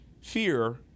fear